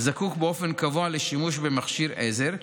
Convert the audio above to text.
זקוק באופן קבוע לשימוש במכשיר עזר,